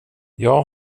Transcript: jag